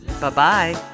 Bye-bye